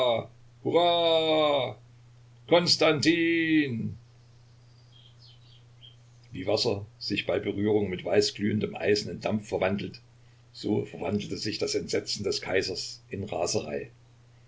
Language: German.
wie wasser sich bei berührung mit weißglühendem eisen in dampf verwandelt so verwandelte sich das entsetzen des kaisers in raserei